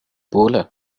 போல